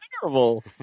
terrible